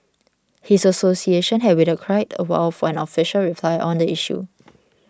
his association had waited quite a while for an official reply on the issue